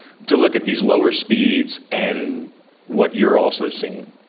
to look at these lower speeds and what you're also seeing.